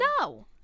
no